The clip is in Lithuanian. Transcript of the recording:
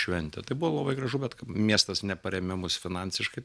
šventę tai buvo labai gražu bet miestas neparemė mus finansiškai